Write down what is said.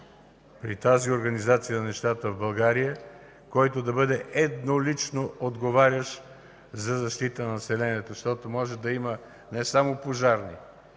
при тази организация на нещата в България, който да бъде еднолично отговарящ за защита на населението, защото може да има не само пожари,